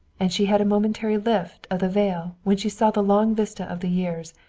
and she had a momentary lift of the veil, when she saw the long vista of the years,